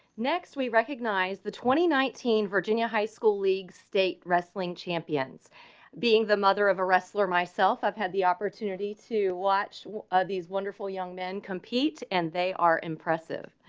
next, we recognize the twenty nineteen virginia high school league state wrestling champions being the mother of a wrestler myself. i've had the opportunity to watch these wonderful young men compete and they are impressive.